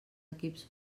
equips